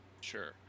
Sure